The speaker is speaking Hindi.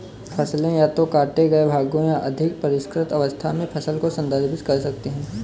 फसलें या तो काटे गए भागों या अधिक परिष्कृत अवस्था में फसल को संदर्भित कर सकती हैं